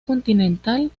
continental